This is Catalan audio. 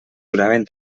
duraven